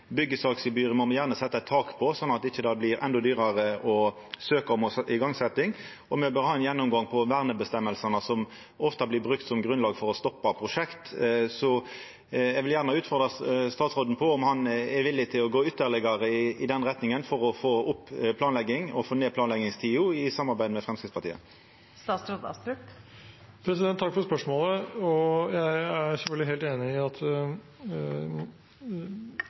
må me gjerne setja eit tak på, sånn at det ikkje blir endå dyrare å søkja om igangsetjing. Og me bør ha ein gjennomgang av verneføresegnene, som ofte blir brukte som grunnlag for å stoppa prosjekt. Eg vil gjerne utfordra statsråden på om han er villig til å gå ytterlegare i den retninga for å få opp planlegging og få ned planleggingstida i samarbeid med Framstegspartiet. Takk for spørsmålet. Jeg er selvfølgelig helt enig i at hensikten med å frita garasjer fra søknadsplikt ikke er at man skal bo i